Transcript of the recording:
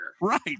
Right